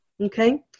okay